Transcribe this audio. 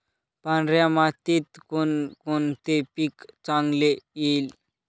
पांढऱ्या मातीत कोणकोणते पीक चांगले येईल?